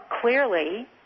clearly